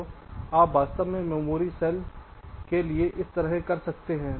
तो आप वास्तव एक मेमोरी सेल के लिए इस तरह कर सकते हैं